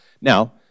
Now